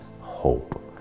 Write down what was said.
hope